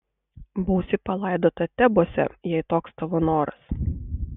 būsi palaidota tebuose jei toks tavo noras